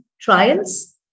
trials